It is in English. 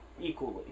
equally